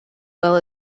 well